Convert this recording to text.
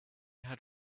had